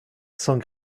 sans